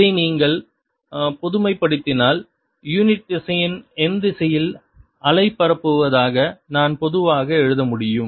இதை நீங்கள் பொதுமைப்படுத்தினால் யூனிட் திசையன் n திசையில் அலை பரப்புவதாக நான் பொதுவாக எழுத முடியும்